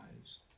eyes